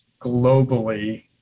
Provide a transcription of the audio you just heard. globally